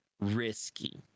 risky